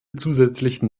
zusätzlichen